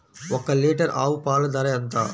ఒక్క లీటర్ ఆవు పాల ధర ఎంత?